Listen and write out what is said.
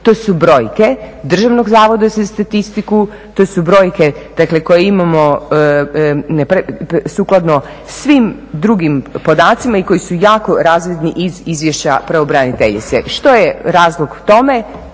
to su brojke Državnog zavoda za statistiku, to su brojke dakle koje imamo sukladno svim drugim podacima i koji su jako razredni iz izvješća pravobraniteljice. Što je razlog tome?